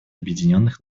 объединенных